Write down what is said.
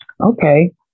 Okay